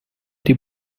the